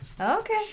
Okay